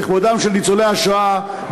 לכבודם של ניצולי השואה,